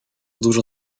dużo